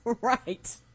right